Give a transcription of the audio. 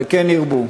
וכן ירבו.